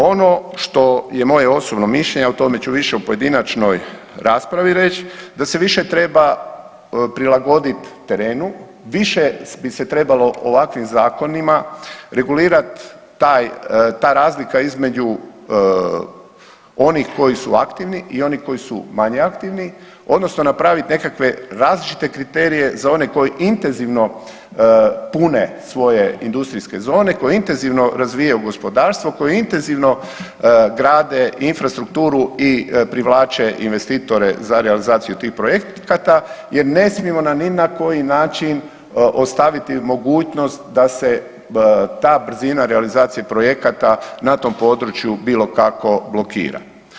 Ono što je moje osobno mišljenje, a o tome ću više u pojedinačnoj raspravi reć da se više treba prilagodit terenu, više bi se trebalo ovakvim zakonima regulirat ta razlika između onih koji su aktivni i oni koji su manje aktivni odnosno napravit nekakve različite kriterije za one koji intenzivno pune svoje industrijske zone, koje intenzivno razvijaju gospodarstvo, koje intenzivno grade infrastrukturu i privlače investitore za realizaciju tih projekata jer ne smijemo ni na koji način ostaviti mogućnost da se ta brzina realizacije projekata na tom području bilo kako blokira.